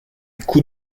coups